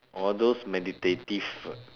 orh those meditative